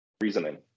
reasoning